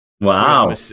wow